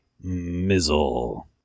Mizzle